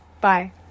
Bye